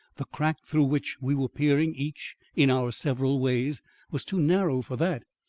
the crack through which we were peering each in our several ways was too narrow for that.